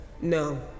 no